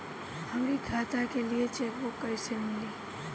हमरी खाता के लिए चेकबुक कईसे मिली?